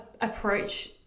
approach